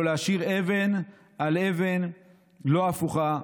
לא להשאיר אבן על אבן לא הפוכה,